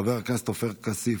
חבר הכנסת עופר כסיף,